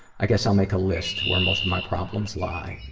i guess i'll make a list where most of my problems lie.